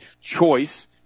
choice